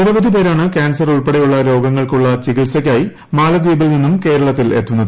നിരവധി പേരാണ് കാൻസർ ഉൾപ്പെടെയുള്ള രോഗങ്ങൾക്കുള്ള ചികിത്സയ്ക്കായി മാലദ്വീപിൽ നിന്നും കേരളത്തിലെത്തുന്നത്